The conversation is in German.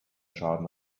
schaden